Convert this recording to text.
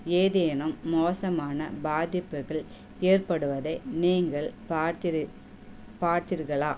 ஏதேனும் மோசமான பாதிப்புகள் ஏற்படுவதை நீங்கள் பார்த்திரு பார்த்தீர்களா